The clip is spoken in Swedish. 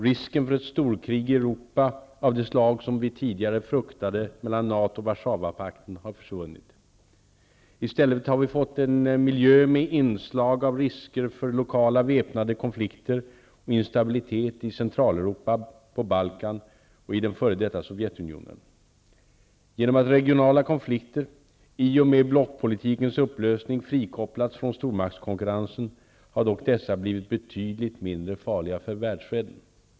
Risken för ett storkrig i Europa av det slag som vi tidigare fruktade mellan NATO och Warszawapakten har försvunnit. I stället har vi fått en miljö med inslag av risker för lokala väpnade konflikter och instabilitet i Centraleuropa, på Balkan och i den f.d. Sovjetunionen. Genom att regionala konflikter, i och med blockpolitikens upplösning, frikopplats från stormaktskonkurrensen har dock dessa blivit betydligt mindre farliga för världsfreden.